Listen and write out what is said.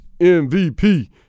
MVP